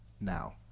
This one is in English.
now